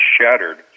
shattered